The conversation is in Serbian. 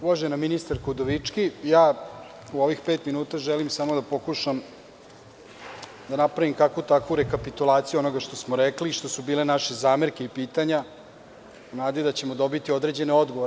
Uvažena ministarko Udovički, u ovih pet minuta želim samo da pokušam da napravim kakvu-takvu rekapitulaciju onoga što smo rekli i što su bile naše zamerke i pitanja, u nadi da ćemo dobiti određene odgovore.